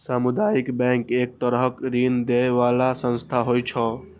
सामुदायिक बैंक एक तरहक ऋण दै बला संस्था होइ छै